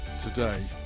today